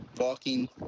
walking